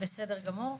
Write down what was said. בסדר גמור.